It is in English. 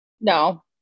No